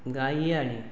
गाय हियाली